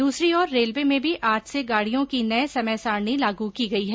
दूसरी ओर रेलवे में भी आज से गाड़ियों की नई समय सारिणी लागू की गई है